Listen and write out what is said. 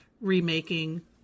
remaking